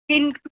skin